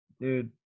dude